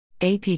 AP